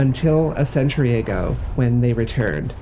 until a century ago when they returned